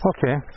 Okay